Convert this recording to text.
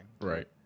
Right